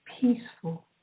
peaceful